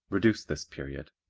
reduce this period.